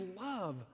love